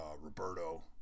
Roberto